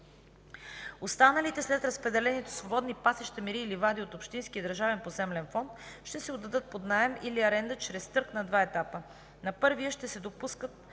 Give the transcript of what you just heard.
Останалите след разпределението свободни пасища, мери и ливади от общинския и държавния поземлен фонд, ще се отдават под наем или аренда чрез търг, на два етапа. На първия ще се допускат